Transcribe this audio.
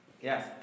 Yes